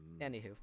anywho